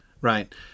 right